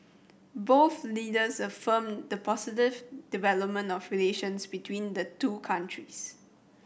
both leaders affirmed the positive development of relations between the two countries